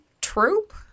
troop